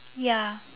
ya